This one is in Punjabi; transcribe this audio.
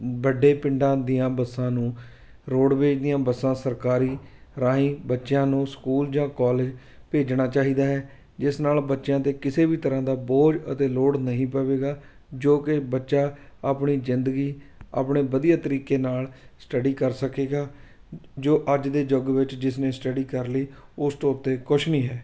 ਵੱਡੇ ਪਿੰਡਾਂ ਦੀਆਂ ਬੱਸਾਂ ਨੂੰ ਰੋਡਵੇਜ਼ ਦੀਆਂ ਬੱਸਾਂ ਸਰਕਾਰੀ ਰਾਹੀਂ ਬੱਚਿਆਂ ਨੂੰ ਸਕੂਲ ਜਾਂ ਕੋਲਜ ਭੇਜਣਾ ਚਾਹੀਦਾ ਹੈ ਜਿਸ ਨਾਲ ਬੱਚਿਆਂ 'ਤੇ ਕਿਸੇ ਵੀ ਤਰ੍ਹਾਂ ਦਾ ਬੋਝ ਅਤੇ ਲੋਡ ਨਹੀਂ ਪਵੇਗਾ ਜੋ ਕਿ ਬੱਚਾ ਆਪਣੀ ਜ਼ਿੰਦਗੀ ਆਪਣੇ ਵਧੀਆ ਤਰੀਕੇ ਨਾਲ ਸਟੱਡੀ ਕਰ ਸਕੇਗਾ ਜੋ ਅੱਜ ਦੇ ਯੁੱਗ ਵਿੱਚ ਜਿਸਨੇ ਸਟੱਡੀ ਕਰ ਲਈ ਉਸ ਤੋਂ ਉੱਤੇ ਕੁਛ ਨਹੀਂ ਹੈ